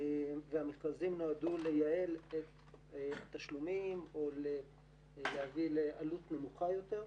והמכרזים נועדו לייעל את התשלומים או להביא לעלות נמוכה יותר.